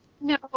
no